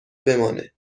بمانه